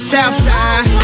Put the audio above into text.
Southside